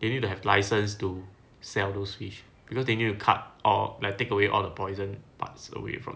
you need to have license to sell those fish because they knew how to cut or like take away all the poison parts away from